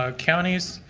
ah counties.